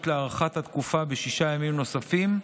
להארכת התקופה בשישה ימים נוספים,